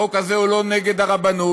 החוק הזה הוא לא נגד הרבנות,